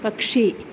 പക്ഷി